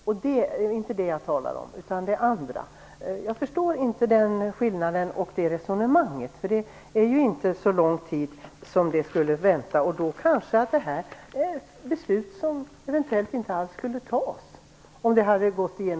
Det är inte det jag talar om, utan det andra. Jag förstår inte den skillnaden och det resonemanget. Det skulle inte behöva vänta så lång tid. Om detta hade gått genom utredningen kanske det här är ett beslut som inte alls skulle fattas.